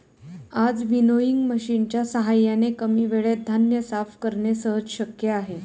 आज विनोइंग मशिनच्या साहाय्याने कमी वेळेत धान्य साफ करणे सहज शक्य आहे